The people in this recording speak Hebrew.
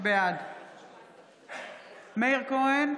בעד מאיר כהן,